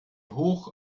hoch